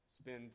Spend